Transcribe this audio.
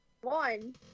One